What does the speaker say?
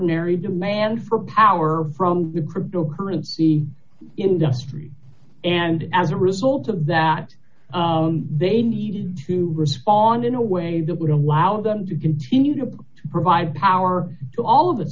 demand for power from the cryptocurrency industry and as a result of that they needed to respond in a way that would allow them to continue to provide power to all of it